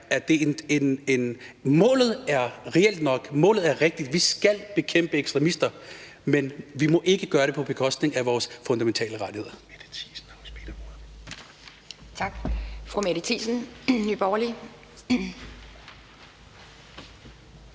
at målet er reelt nok, at målet er rigtigt, for vi skal bekæmpe ekstremister, men vi må ikke gøre det på bekostning af vores fundamentale rettigheder.